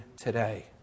today